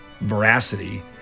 veracity